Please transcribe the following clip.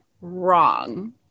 wrong